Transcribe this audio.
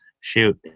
Shoot